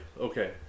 Okay